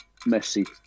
Messi